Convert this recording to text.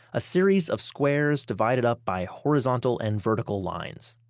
a series of squares divided up by horizontal and vertical lines.